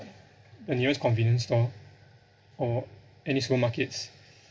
a nearest convenience store or any supermarkets